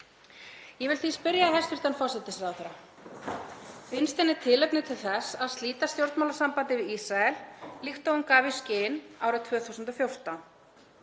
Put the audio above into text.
Ég vil því spyrja hæstv. forsætisráðherra: Finnst henni tilefni til þess að slíta stjórnmálasambandi við Ísrael líkt og hún gaf í skyn árið 2014?